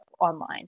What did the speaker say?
online